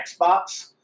Xbox